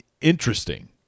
interesting